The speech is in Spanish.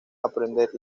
aprender